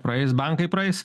praeis bankai praeis